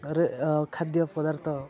ଖାଦ୍ୟ ପଦାର୍ଥ